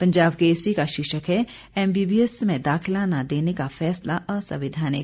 पंजाब केसरी का शीर्षक है एमबीबीएस में दाखिला न देना का फैसला असंवैधानिक